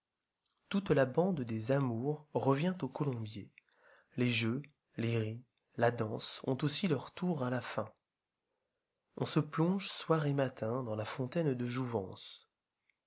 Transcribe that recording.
toute la bande des amours revient au colombier les jeux les ris la danse ont aussi leur tour à la fin on se plonge soir et matin dans la fontaine de jouvence